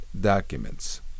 documents